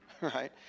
right